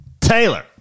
Taylor